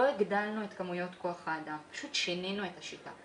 לא הגדלנו את מספר כוח האדם אלא פשוט שינינו את השיטה.